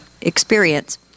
experience